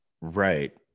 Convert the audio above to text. right